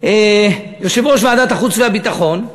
יושב-ראש ועדת החוץ והביטחון,